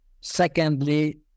Secondly